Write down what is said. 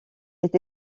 est